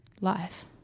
life